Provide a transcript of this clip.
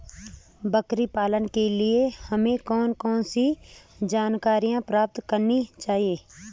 बकरी पालन के लिए हमें कौन कौन सी जानकारियां प्राप्त करनी चाहिए?